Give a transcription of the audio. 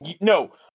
No